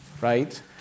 Right